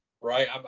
Right